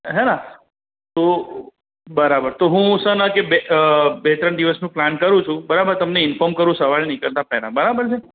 હેં ને તો બરાબર હું પરસોના કે બે ત્રણ દિવસમાં પ્લાન કરું છું બરાબર તમને ઇન્ફોર્મ કરું સવારે નીકળતાં પહેલાં બરાબર છે